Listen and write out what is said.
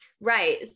Right